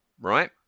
right